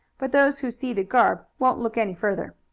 but those who see the garb won't look any further.